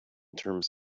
terms